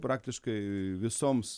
praktiškai visoms